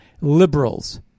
liberals